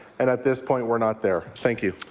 and at this point we're not there. thank you.